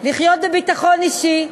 לחיות בביטחון אישי.